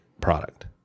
product